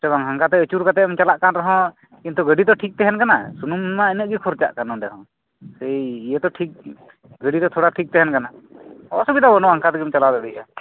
ᱥᱮ ᱵᱟᱝ ᱦᱟᱱᱠᱟ ᱛᱮ ᱟᱹᱪᱩᱨ ᱠᱟᱛᱮᱢ ᱪᱟᱞᱟᱜ ᱠᱟᱱ ᱨᱮᱦᱚᱸ ᱠᱤᱱᱛᱩ ᱜᱟᱹᱰᱤ ᱛᱚ ᱴᱷᱤᱠ ᱛᱟᱦᱮᱱ ᱠᱟᱱᱟ ᱠᱤᱱᱛᱩ ᱥᱩᱱᱩᱢ ᱢᱟ ᱤᱱᱟᱹᱜ ᱜᱮ ᱠᱷᱚᱨᱪᱟᱜ ᱠᱟᱱ ᱥᱮᱭ ᱤᱭᱟᱹ ᱛᱚ ᱴᱷᱤᱠ ᱜᱟᱹᱰᱤ ᱛᱚ ᱴᱷᱤᱠ ᱛᱟᱦᱮᱱ ᱠᱟᱱᱟ ᱚᱥᱩᱵᱤᱛᱟ ᱵᱟᱹᱱᱩᱜᱼᱟ ᱦᱟᱱᱠᱟᱛᱮᱢ ᱪᱟᱞᱟᱣ ᱫᱟᱲᱮᱭᱟᱜᱼᱟ